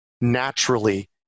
naturally